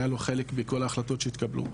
היה לו חלק בכל ההחלטות שהתקבלו.